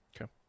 Okay